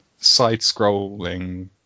side-scrolling